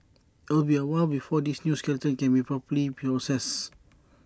IT will be A while before this new skeleton can be properly processed